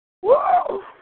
Whoa